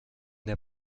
der